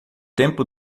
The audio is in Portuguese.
tempo